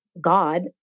God